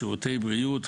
שירותי בריאות,